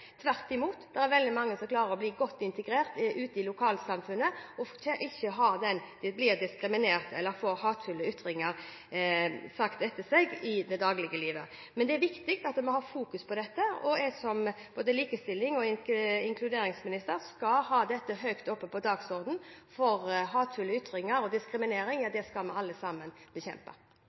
tvert imot. Det er veldig mange som klarer å bli godt integrert ute i lokalsamfunnet og ikke blir diskriminert eller får hatefulle ytringer etter seg i dagliglivet. Men det er viktig at vi har fokus på dette, og jeg som både likestillings- og inkluderingsminister skal ha dette høyt oppe på dagsordenen, for hatefulle ytringer og diskriminering skal vi alle sammen bekjempe.